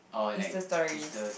Insta stories